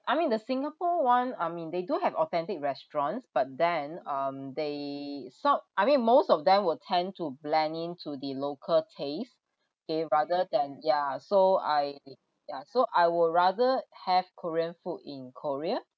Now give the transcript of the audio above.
I mean the singapore one I mean they do have authentic restaurants but then um they sort I mean most of them will tend to blend into the local taste okay rather than yeah so I ya so I would rather have korean food in korea